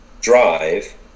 drive